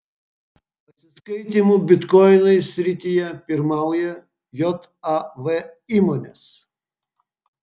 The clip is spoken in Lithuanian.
atsiskaitymų bitkoinais srityje pirmauja jav įmonės